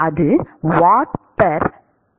Wm 2 Kelvin